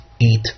eat